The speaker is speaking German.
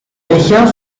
becher